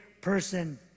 person